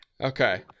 Okay